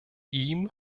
ihm